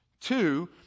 Two